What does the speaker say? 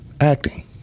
acting